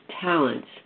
talents